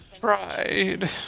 Pride